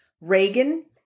Reagan